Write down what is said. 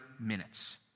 minutes